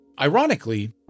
Ironically